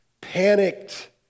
panicked